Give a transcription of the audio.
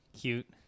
Cute